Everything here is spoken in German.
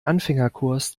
anfängerkurs